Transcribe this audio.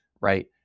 right